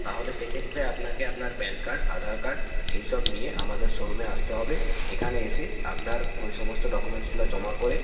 তাহলে সেক্ষেত্রে আপনাকে আপনার প্যান কার্ড আধার কার্ড এই সব নিয়ে আমাদের শোরুমে আসতে হবে এখানে এসে আপনার ওই সমস্ত ডকুমেন্টসগুলো জমা করে